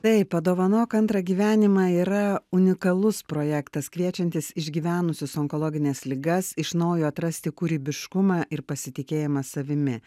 taip padovanok antrą gyvenimą yra unikalus projektas kviečiantis išgyvenusius onkologines ligas iš naujo atrasti kūrybiškumą ir pasitikėjimą savimi